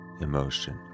emotion